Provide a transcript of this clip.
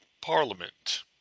parliament